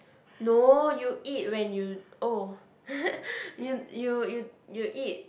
no you eat when you oh you you you you eat